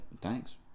thanks